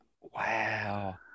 Wow